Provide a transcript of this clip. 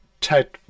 Ted